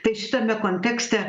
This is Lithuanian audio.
tai šitame kontekste